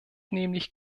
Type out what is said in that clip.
nämlich